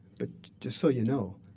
but just so you know,